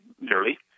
nearly